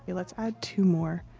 but let's add two more.